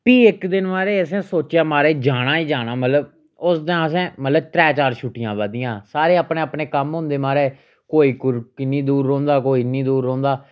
फ्ही इक दिन महाराज असें सोचेआ महाराज जाना ही जाना मतलब उस दिन असें मतलब त्रै चार छुट्टियां आवा दियां हियां सारैं अपने अपने कम्म होंदे महाराज कोई कुर किन्नी दूर रौंह्दा कोई इन्नी दूर रौंह्दा